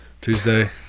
tuesday